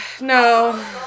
No